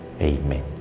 Amen